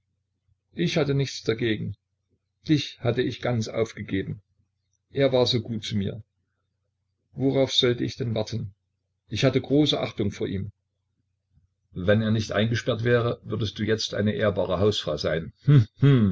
ich hatte nichts dagegen dich hatte ich ganz aufgegeben er war sehr gut zu mir worauf sollte ich denn warten ich hatte große achtung vor ihm wenn er nicht eingesperrt wäre würdest du jetzt eine ehrbare hausfrau sein